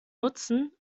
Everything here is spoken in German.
nutzen